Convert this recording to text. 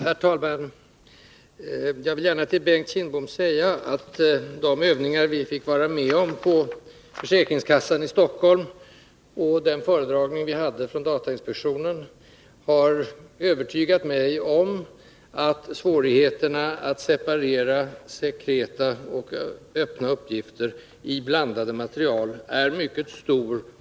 Herr talman! Jag vill gärna till Bengt Kindbom säga att de övningar vi fick vara med om på försäkringskassan i Stockholm och den föredragning vi hade från datainspektionen har övertygat mig om att svårigheterna att separera sekreta och öppna uppgifter i ”blandat” material är mycket stora.